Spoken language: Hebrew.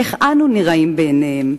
איך אנו נראים בעיניהם?